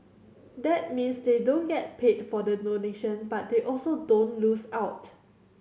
that means they don't get paid for the donation but they also don't lose out